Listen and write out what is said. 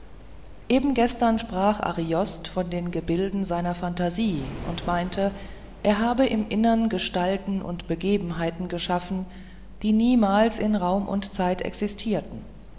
eben gestern sprach ariost von den gebilden seiner phantasie und meinte er habe im innern gestalten und begebenheiten geschaffen die niemals in raum und zeit existierten